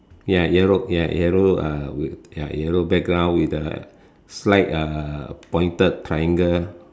ya yellow ya yellow uh with ya yellow background with the slight uh pointed triangle